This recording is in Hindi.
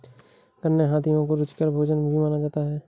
गन्ना हाथियों का रुचिकर भोजन भी माना जाता है